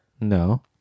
No